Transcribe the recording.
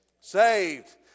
Saved